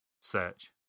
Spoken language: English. search